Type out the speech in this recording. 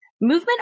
Movement